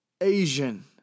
Asian